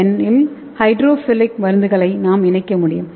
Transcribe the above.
என் இல் ஹைட்ரோஃபிலிக் மருந்துகளையும் நாம் இணைக்க முடியும்